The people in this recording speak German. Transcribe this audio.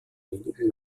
wenigen